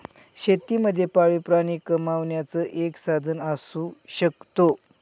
शेती मध्ये पाळीव प्राणी कमावण्याचं एक साधन असू शकतो